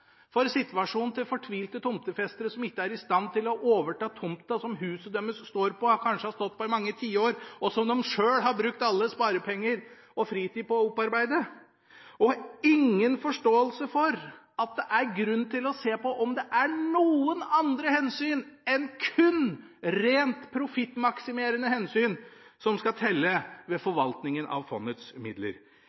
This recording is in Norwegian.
for situasjonen til fortvilte tomtefestere som ikke er i stand til å overta tomta som huset deres står på – som det kanskje har stått på i mange tiår, og som de sjøl har brukt alle sparepenger og fritid på å opparbeide – og ingen forståelse for at det er grunn til å se på om det er noe annet enn kun rent profittmaksimerende hensyn som skal telle ved forvaltningen av fondets midler.